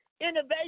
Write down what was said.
innovation